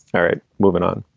all right. moving on.